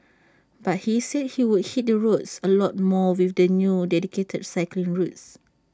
but he said he would hit the roads A lot more with the new dedicated cycling routes